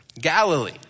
Galilee